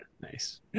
Nice